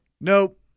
Nope